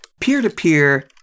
peer-to-peer